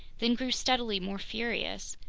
then grew steadily more furious!